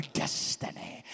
destiny